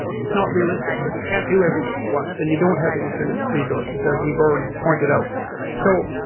it's not realistic because you can't do everything at once and you don't have infinite resources as we've already pointed out so,